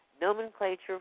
nomenclature